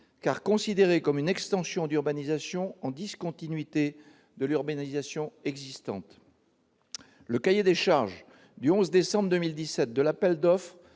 sont considérés comme une extension d'urbanisation en discontinuité de l'urbanisation existante. Le cahier des charges du 11 décembre 2017 de l'appel d'offres